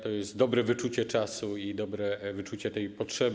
To jest dobre wyczucie czasu i dobre wyczucie potrzeby.